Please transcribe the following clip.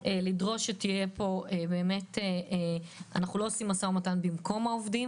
אנחנו לא עושים משא ומתן במקום העובדים